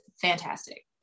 fantastic